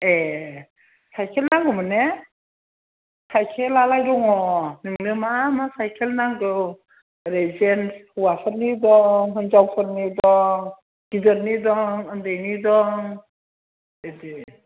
ए cycle नांगौमोन ने साइखेलआलाय दङ नोंनो मा मा साइखेल नांगौ ओरै जेन्ट्स हौवाफोरनि दं हिन्जावफोरनि दं गिदिरनि उन्दैनि दं बिदि